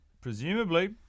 Presumably